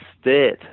state